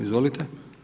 Izvolite.